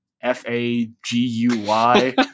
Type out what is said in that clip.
F-A-G-U-Y